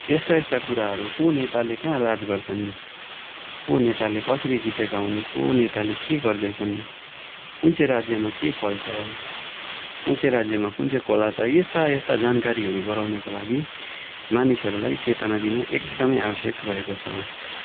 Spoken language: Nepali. यस्ता यस्ता कुराहरू को नेताले कहाँ राज गर्छन् को नेताले कसरी जितेका हुन् को नेताले के गर्दैछन् कुन चाहिँ राज्यमा के फल्छ कुन चाहिँ राज्यमा कुन चाहिँ खोला छ यस्ता यस्ता जानकारीहरू गराउनुको लागि मानिसहरूलाई चेतना दिन एकदमै आवश्यक रहेको छ